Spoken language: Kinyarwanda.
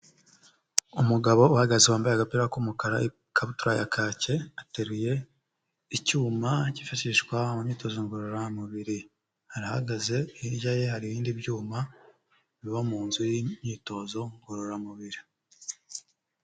Umugabo uhagaze, wambaye agapira k'umukara, ikabutura ya kake, ateruye icyuma kifashishwa mu myitozo ngororamubiri, arahagaze hirya ye hari ibindi byuma biba mu nzu y'imyitozo ngororamubiri.